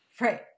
Right